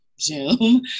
Zoom